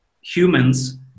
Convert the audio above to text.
humans